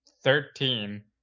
Thirteen